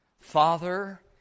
Father